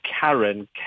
Karen